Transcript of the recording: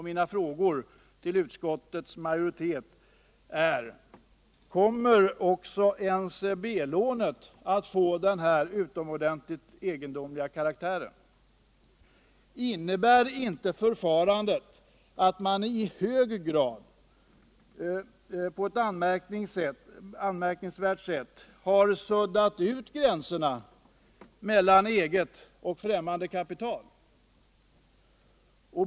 Mina frågor till utskottets majoritet är: Kommer också NCB-lånet att få denna utomordentligt egendomliga karaktär? Innebär inte förfarandet att man på ett i hög grad anmärkningsvärt sätt har suddat ut gränserna mellan eget och främmande kapital?